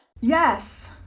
Yes